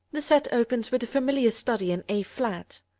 the set opens with the familiar study in a flat,